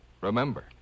Remember